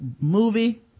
movie